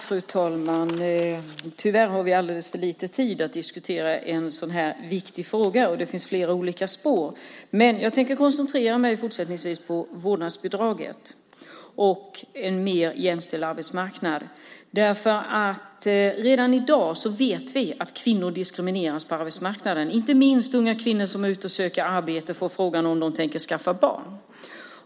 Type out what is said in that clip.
Fru talman! Tyvärr har vi alldeles för lite tid att diskutera en så viktig fråga. Det finns flera olika spår. Jag tänker fortsättningsvis koncentrera mig på vårdnadsbidraget och en mer jämställd arbetsmarknad. Redan i dag vet vi att kvinnor diskrimineras på arbetsmarknaden - inte minst unga kvinnor som söker arbete får frågan om de tänker skaffa barn.